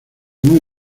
muy